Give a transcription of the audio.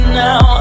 now